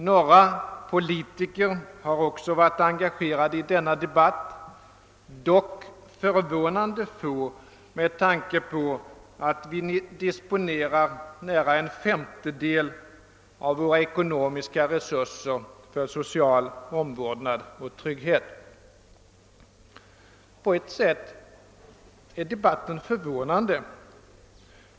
Några politiker har också varit engagerade i den debatten, dock förvånande få med tanke på att vi disponerar nära en fem tedel av våra ekonomiska resurser för social omvårdnad och trygghet. På ett sätt är debatten förvånande.